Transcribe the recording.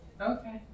Okay